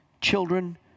children